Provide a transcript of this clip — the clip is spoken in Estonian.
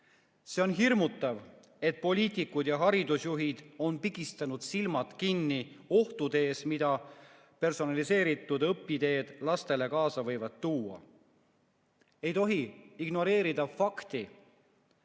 "See on hirmutav, et poliitikud ja haridusjuhid on pigistanud silmad kinni ohtude ees, mida personaliseeritud õpiteed lastele kaasa võivad tuua. Ei tohi ignoreerida fakti,